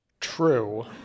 True